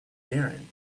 darin